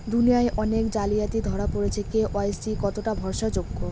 দুনিয়ায় অনেক জালিয়াতি ধরা পরেছে কে.ওয়াই.সি কতোটা ভরসা যোগ্য?